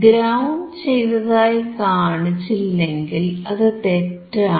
ground ചെയ്തതായി കാണിച്ചില്ലെങ്കിൽ അത് തെറ്റാണ്